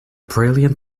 brilliant